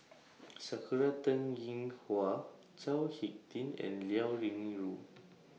Sakura Teng Ying Hua Chao Hick Tin and Liao Yingru